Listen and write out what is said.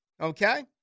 Okay